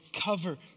cover